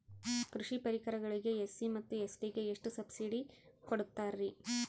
ಕೃಷಿ ಪರಿಕರಗಳಿಗೆ ಎಸ್.ಸಿ ಮತ್ತು ಎಸ್.ಟಿ ಗೆ ಎಷ್ಟು ಸಬ್ಸಿಡಿ ಕೊಡುತ್ತಾರ್ರಿ?